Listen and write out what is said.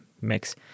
mix